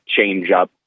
changeup